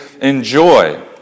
enjoy